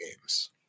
games